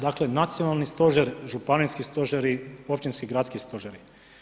Dakle Nacionalni stožer, županijski stožer, općinski i gradski stožeri.